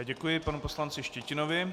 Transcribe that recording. Děkuji panu poslanci Štětinovi.